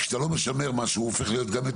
ברגע שאתה לא משמר משהו הוא הופך להיות יותר